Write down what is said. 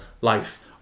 life